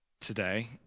today